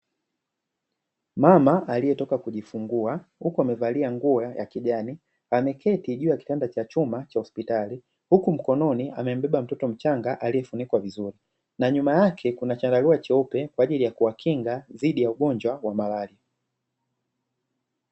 Mama aliYetoka kujifungua huku amevalia nguo ya kijani, ameketi juu ya kitanda cha chuma cha hospitali huku mkononi amembeba mtoto mchanga aliefunikwa vizuri, na nyuma yake kuna chandarua cheupe kwa ajili ya kuwakinga dhidi ya ugonjwa wa malaria.